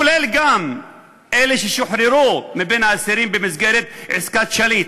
כולל גם אלה ששוחררו מבין האסירים במסגרת עסקת שליט,